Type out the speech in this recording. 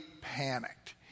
panicked